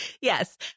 Yes